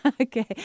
Okay